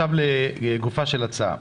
לגופה של ההצעה.